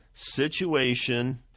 situation